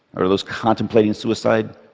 or those contemplating suicide,